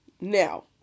now